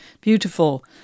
beautiful